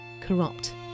corrupt